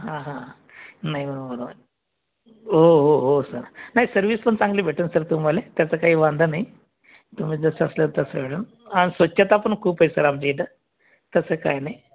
हा हा नाही बराेबर हो हो हो सर नाही सर्विस पण चांगली भेटेल सर तुम्हाले त्याच काय वांदा नाई तुम्ही जस असताल तस अन स्वछतापण खुपए सर आमच्या इथ तस काय नाय